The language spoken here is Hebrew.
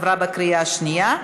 התקבלה בקריאה שנייה.